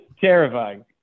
terrifying